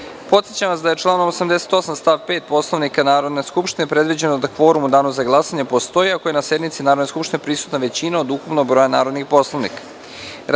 vas da je članom 88. stav 5. Poslovnika Narodne skupštine predviđeno da kvorum u danu za glasanje postoji, ako je na sednici Narodne skupštine prisutna većina od ukupnog broja narodnih poslanika. Radi